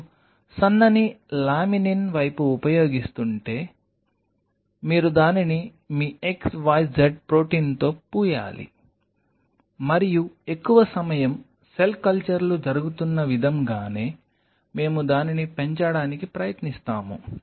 మీరు సన్నని లామినిన్ వైపు ఉపయోగిస్తుంటే మీరు దానిని మీ xyz ప్రోటీన్తో పూయాలి మరియు ఎక్కువ సమయం సెల్ కల్చర్లు జరుగుతున్న విధంగానే మేము దానిని పెంచడానికి ప్రయత్నిస్తాము